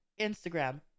Instagram